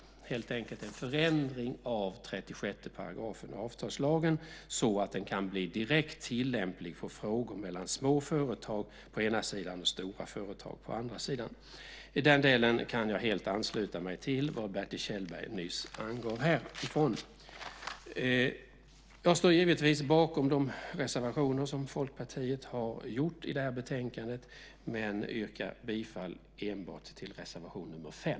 Det är helt enkelt en förändring av 36 § avtalslagen så att den kan bli direkt tillämplig för frågor mellan små företag på ena sidan och stora företag på andra sidan. I den delen kan jag helt ansluta mig till vad Bertil Kjellberg nyss angav härifrån talarstolen. Jag står givetvis bakom de reservationer som Folkpartiet har gjort i betänkandet, men jag yrkar bifall enbart till reservation nr 5.